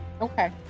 Okay